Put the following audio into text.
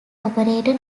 operated